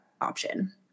option